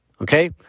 Okay